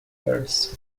paris